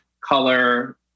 color